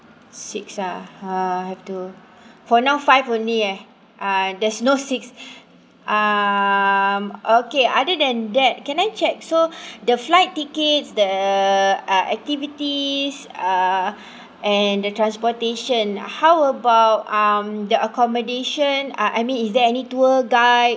six lah ah have to for now five only eh uh there's no six um okay other than that can I check so the flight ticket the uh activities uh and the transportation how about um the accommodation uh I mean is there any tour guide